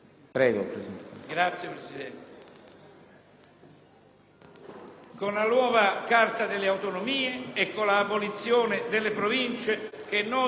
con la nuova Carta delle autonomie e con l'abolizione delle Province, che riteniamo essere un punto fondamentale.